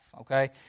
Okay